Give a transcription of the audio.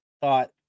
thought